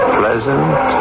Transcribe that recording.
pleasant